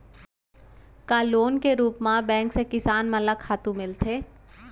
का लोन के रूप मा बैंक से किसान मन ला खातू मिलथे?